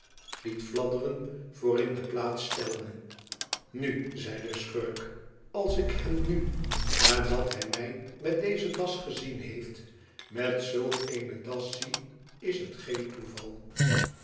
liet fladderen voor in de plaats stelde inu zei de schurk als ik hem nu nadat hij mij met deze das gezien heeft met zulk eene das zie is het geen toeval